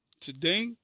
today